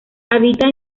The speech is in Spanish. habita